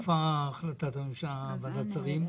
איפה החלטת הממשלה מוועדת שרים?